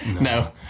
No